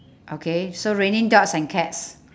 okay so raining dogs and cats